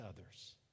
others